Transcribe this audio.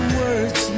words